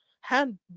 hand